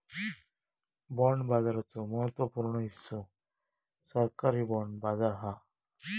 bond बाजाराचो महत्त्व पूर्ण हिस्सो सरकारी बाँड बाजार हा